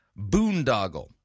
boondoggle